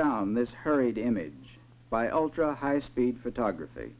down this hurried image by ultra high speed photography